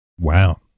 Wow